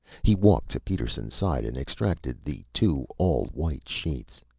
he walked to peterson's side and extracted the two all-white sheets.